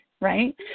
right